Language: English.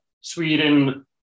Sweden